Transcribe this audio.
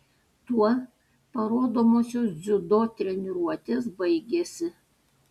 tuo parodomosios dziudo treniruotės baigėsi